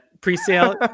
pre-sale